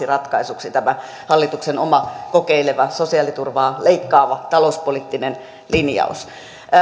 ratkaisuksi tämä hallituksen oma kokeileva sosiaaliturvaa leikkaava talouspoliittinen linjaus